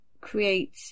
create